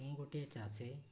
ମୁଁ ଗୋଟିଏ ଚାଷୀ